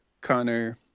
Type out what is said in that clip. Connor